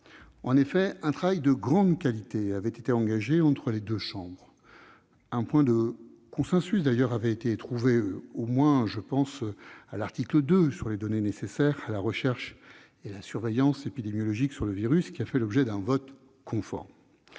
En effet, un travail de grande qualité avait été engagé entre les deux chambres. Un point de consensus avait été trouvé, au moins sur l'article 2, concernant les données nécessaires à la recherche et à la surveillance épidémiologique, qui a fait l'objet d'un vote conforme.